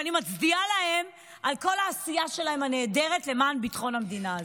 ואני מצדיעה להם על כל העשייה הנהדרת שלהם למען ביטחון המדינה הזאת.